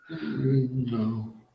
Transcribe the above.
No